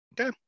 Okay